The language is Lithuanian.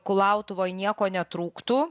kulautuvoj nieko netrūktų